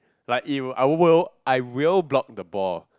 like it will I will I will block the ball